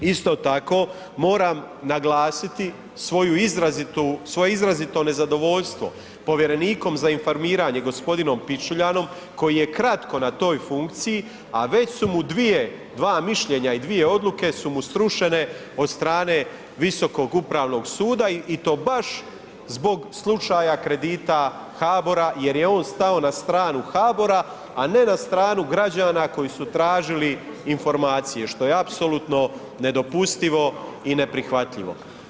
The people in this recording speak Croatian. Isto tako moram naglasiti svoju izrazitu, svoje izrazito nezadovoljstvo povjerenikom za informiranje gospodinom Pičujanom koji je kratko na toj funkciji, a već su mu dva mišljenja i dvije odluke su mu srušene od strane Visokog upravnog suda i to baš zbog slučaja kredita HABOR-a jer je on stao na stranu HABOR-a, a ne na stranu građana koji su tražili informacije, što je apsolutno nedopustivo i neprihvatljivo.